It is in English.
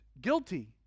guilty